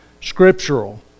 scriptural